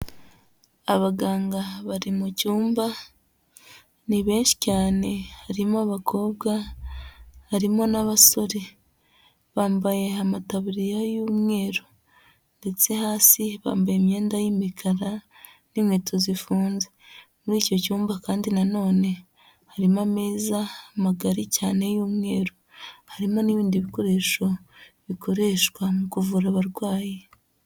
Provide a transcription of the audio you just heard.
Abaganga bari mu cyumba, ni benshi cyane, harimo abakobwa, harimo n'abasore. Bambaye amataburiya y'umweru ndetse hasi bambaye imyenda y'imikara n'inkweto zifunze, muri icyo cyumba kandi nanone harimo ameza magari cyane y'umweru, harimo n'ibindi bikoresho bikoreshwa mu kuvura abarwayi.